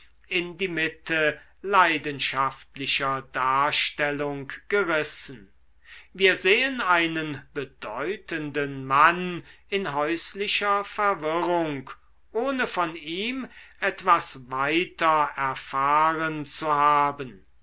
in die mitte leidenschaftlicher darstellung gerissen wir sehen einen bedeutenden mann in häuslicher verwirrung ohne von ihm etwas weiter erfahren zu haben